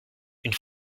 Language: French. une